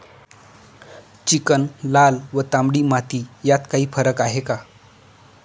Chicken, लाल व तांबडी माती यात काही फरक आहे का?